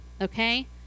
Okay